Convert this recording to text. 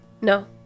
no